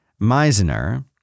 Meisner